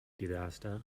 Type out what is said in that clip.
disaster